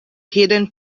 hidden